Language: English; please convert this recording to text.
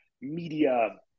media